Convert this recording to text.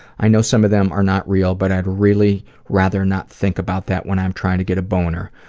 i know some of them are not real, but i'd really rather not think about that when i'm trying to get a boner.